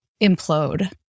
implode